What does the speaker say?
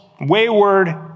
wayward